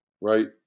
right